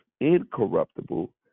incorruptible